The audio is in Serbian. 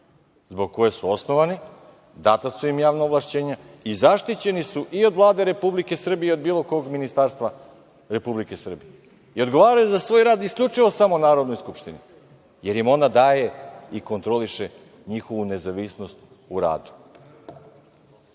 zbog koje su osnovani? Data su im javna ovlašćenja i zaštićeni su i od Vlade Republike Srbije i od bilo kog ministarstva Republike Srbije i odgovaraju za svoj rad isključivo samo Narodnoj skupštini, jer im ona daje i kontrole njihovu nezavisnost u radu. Mi